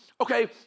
okay